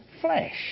flesh